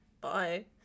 bye